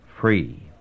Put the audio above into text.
free